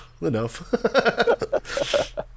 enough